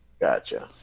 Gotcha